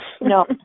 No